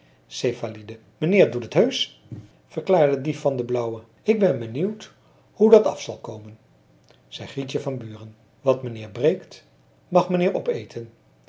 céphalide menheer doet het heusch verklaarde die van de blauwe k ben benieuwd hoe dat af zal komen zei grietje van buren wat menheer breekt mag menheer opeten